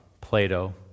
Plato